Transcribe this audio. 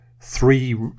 three